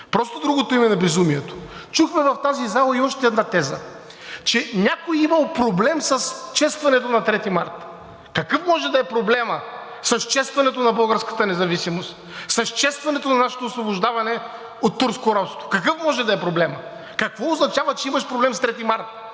просто другото име на безумието. Чухме в тази зала и още една теза, че някой имал проблем с честването на 3 март. Какъв може да е проблемът с честването на българската независимост, с честването на нашето освобождаване от турско робство? Какъв може да е проблемът?! Какво означава, че имаш проблем с 3 март?!